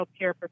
healthcare